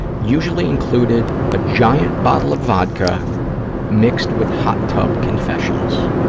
usually included a giant bottle of vodka mixed with hot-tub confessions.